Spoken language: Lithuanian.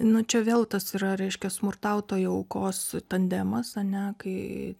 nu čia vėl tas yra reiškia smurtautojo aukos tandemas ane kai